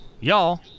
y'all